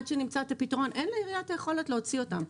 עד שנמצא את הפתרון אין לעירייה את היכולת להוציא אותם.